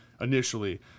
initially